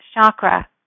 chakra